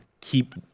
keep